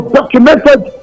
documented